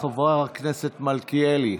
חבר הכנסת מלכיאלי.